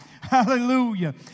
Hallelujah